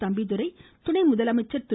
தம்பிதுரை துணை முதலமைச்சர் திரு